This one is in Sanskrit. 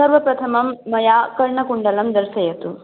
सर्वप्रथमं मया कर्णकुण्डलं दर्शयतु